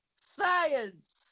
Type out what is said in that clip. science